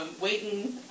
waiting